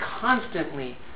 constantly